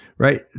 Right